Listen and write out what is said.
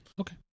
okay